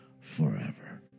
forever